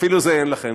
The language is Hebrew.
אפילו זה אין לכם.